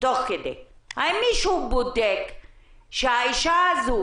האם מישהו בודק שהאישה הזו